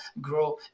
grow